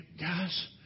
guys